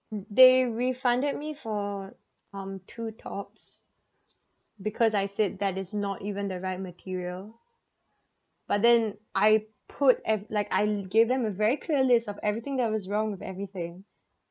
they refunded me for um two tops because I said that is not even the right material but then I put ev~ like I gave them a very clear list of everything that was wrong with everything